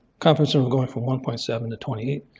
confidence interval going from one point seven to twenty eight.